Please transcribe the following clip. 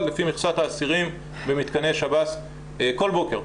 לפי מכסת האסירים במתקני שב"ס כל בוקר.